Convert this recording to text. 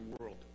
world